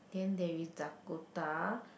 then there is Dakota